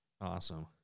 Awesome